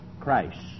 Christ